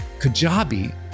Kajabi